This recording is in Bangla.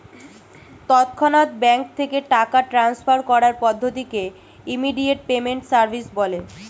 তৎক্ষণাৎ ব্যাঙ্ক থেকে টাকা ট্রান্সফার করার পদ্ধতিকে ইমিডিয়েট পেমেন্ট সার্ভিস বলে